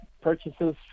purchases